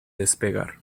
despegar